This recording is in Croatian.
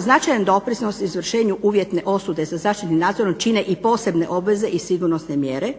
značajan doprinos izvršenju uvjetne osude sa zaštitnim nadzorom čine i posebne obveze i sigurnosne mjere